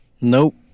Nope